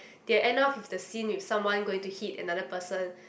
they end off the scene with someone going to hit another person